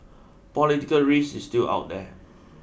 political risk is still out there